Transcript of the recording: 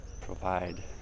provide